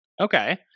okay